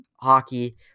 hockey